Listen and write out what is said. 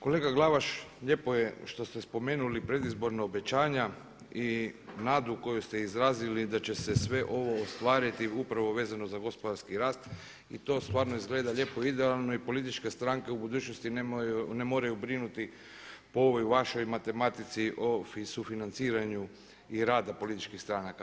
Kolega Glavaš lijepo je što ste spomenuli predizborna obećanja i nadu koju ste izrazili da će se sve ovo ostvariti upravo vezano za gospodarski rast i to stvarno izgleda lijepo i idealno i političke stranke u budućnosti ne moraju brinuti po ovoj vašoj matematici o sufinanciranju rada političkih stranaka.